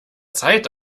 zeit